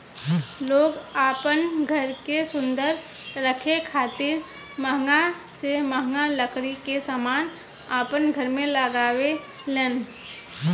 लोग आपन घर के सुंदर रखे खातिर महंगा से महंगा लकड़ी के समान अपन घर में लगावे लेन